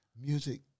music